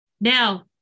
now